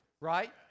Right